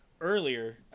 earlier